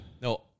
No